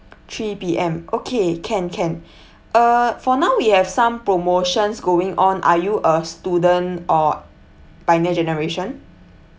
three P_M okay can can uh for now we have some promotions going on are you a student or pioneer generation